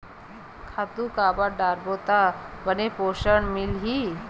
खातु काबर डारबो त बने पोषण मिलही?